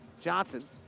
Johnson